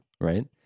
right